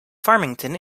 farmington